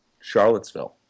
Charlottesville